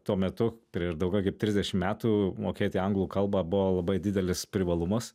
tuo metu prieš daugiau kaip trisdešim metų mokėti anglų kalbą buvo labai didelis privalumas